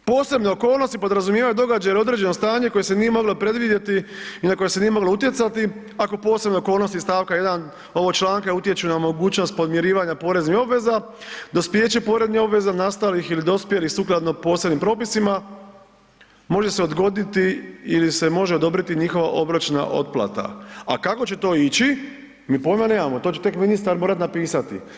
Posebne okolnosti podrazumijevaju događaje ili određeno stanje koje se nije moglo predvidjeti i na koje se nije moglo utjecati, ako posebne okolnosti iz stavka 1. ovog članka utječu na mogućnost podmirivanja poreznih obveza, dospijeće poreznih obveza, nastalih ili dospjelih sukladno posebnim propisima, može se odgoditi ili se može odobriti njihova obročna otplata, a kako će to ići mi poima nemamo to će tek ministar morati napisati.